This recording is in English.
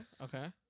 okay